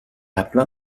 قبلا